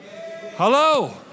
Hello